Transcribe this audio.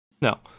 no